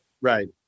Right